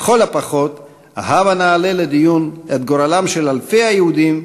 לכל הפחות הבה נעלה לדיון את גורלם של אלפי היהודים,